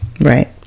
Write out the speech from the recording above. Right